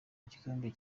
igikombe